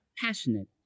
Passionate